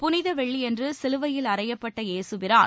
புனித வெள்ளியன்று சிலுவையில் அறையப்பட்ட இயேசுபிரான்